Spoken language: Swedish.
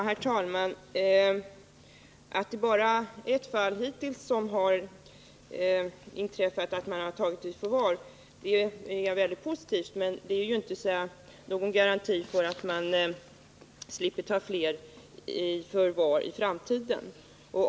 Herr talman! Att man hittills bara har tagit en person i förvar är positivt, men det är ingen garanti för att man inte kommer att ta fler i förvar i framtiden.